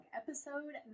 episode